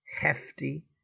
hefty